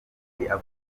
avuga